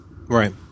Right